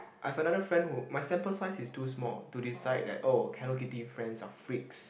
I have another friend who my sample size is too small to decide that oh Hello-Kitty friends are freaks